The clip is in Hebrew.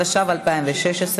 התשע"ו 2016,